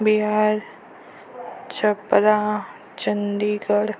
Bihar Chapra Chandigarh